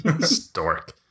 Stork